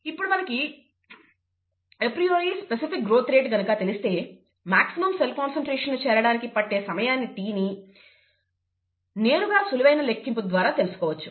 ఇప్పుడు మనకి a priori specific growth rate కనుక తెలిస్తే మాక్సిమం సెల్ కాన్సన్ట్రేషన్ ను చేరడానికి పట్టే సమయం 't' ని నేరుగా సులువైన లెక్కింపు ద్వారా తెలుసుకోవచ్చు